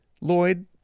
Lloyd